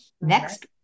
next